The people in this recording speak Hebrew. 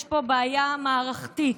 יש פה בעיה מערכתית,